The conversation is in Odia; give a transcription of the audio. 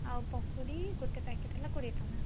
ଆଉ ପକୁଡ଼ି ଗୋଟେ ପ୍ୟାକେଟ ହେଲା କୋଡ଼ିଏ ଟଙ୍କା